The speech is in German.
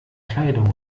kleidung